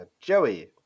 joey